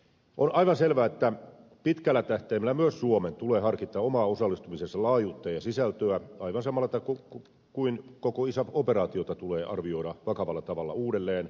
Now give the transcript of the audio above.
on aivan selvä että pitkällä tähtäimellä myös suomen tulee harkita oman osallistumisensa laajuutta ja sisältöä aivan samalla tavalla kuin koko isaf operaatiota tulee arvioida vakavalla tavalla uudelleen